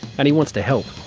and he wants to help.